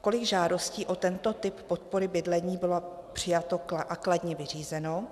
Kolik žádostí o tento typ podpory bydlení bylo přijato a kladně vyřízeno?